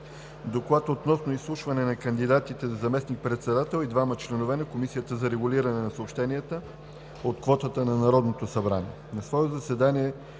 „ДОКЛАД относно Изслушване на кандидатите за заместник-председател и двама членове на Комисията за регулиране на съобщенията от квотата на Народното събрание На свое заседание,